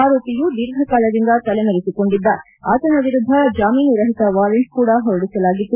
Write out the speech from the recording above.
ಆರೋಪಿಯು ದೀರ್ಘಕಾಲದಿಂದ ತಲೆಮರೆಸಿಕೊಂಡಿದ್ದ ಆತನ ವಿರುದ್ದ ಜಾಮೀನು ರಹಿತ ವಾರೆಂಟ್ ಕೂಡ ಹೊರಡಿಸಲಾಗಿತ್ತು